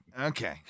okay